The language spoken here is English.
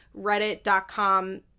reddit.com